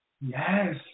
yes